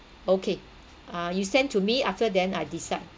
okay ah you send to me after then I decide